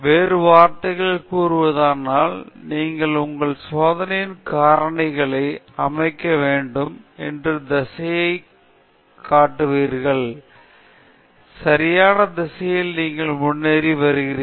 வேறு வார்த்தைகளில் கூறுவதானால் நீங்கள் உங்கள் சோதனை காரணிகளை அமைக்க வேண்டும் என்ற திசையை சுட்டிக்காட்டுகிறீர்கள் எனவே சரியான திசையில் நீங்கள் முன்னேறி வருகிறீர்கள்